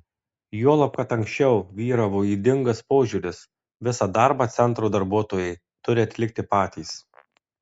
juolab kad anksčiau vyravo ydingas požiūris visą darbą centro darbuotojai turi atlikti patys